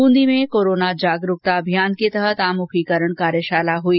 बूंदी में कोरोना जागरुकता अभियान के तहत आमुखीकरण कार्यशाला हुई